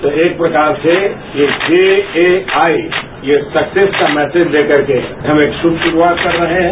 तो एक प्रकार से जेएआई ये सक्सेस का मैसेज देकर के हम एक शुभ शुरूआत कर रहे हैं